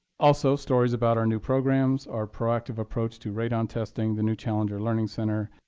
also, stories about our new programs, our proactive approach to radon testing, the new challenger learning center,